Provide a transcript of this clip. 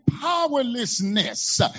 powerlessness